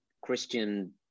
Christian